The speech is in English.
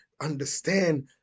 understand